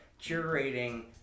curating